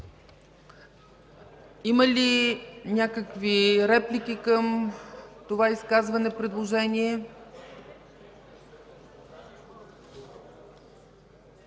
Има ли някакви реплики към това изказване-предложение?